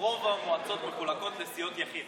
רוב המועצות מחולקות לסיעות יחיד.